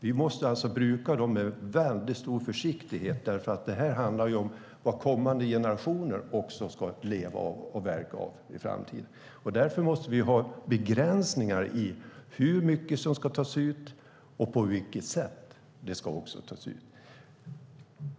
Vi måste bruka dem med stor försiktighet, för det handlar om vad också kommande generationer ska leva av. Därför måste vi ha begränsningar av hur mycket som ska tas ut och på vilket sätt.